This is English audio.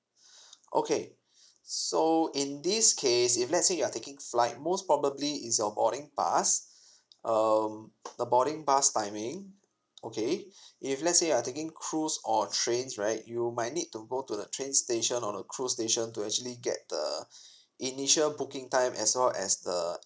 okay so in this case if let's say you're taking flight most probably is your boarding pass um the boarding pass timing okay if let's say you're taking cruise or trains right you might need to go to the train station or the cruise station to actually get the initial booking time as well as the